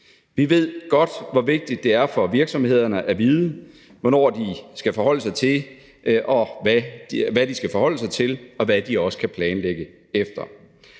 Vi ved godt, hvor vigtigt det er for virksomhederne at vide, hvad de skal forholde sig til, og også hvad de kan planlægge efter.